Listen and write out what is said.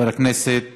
חבר הכנסת